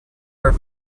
her